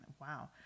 Wow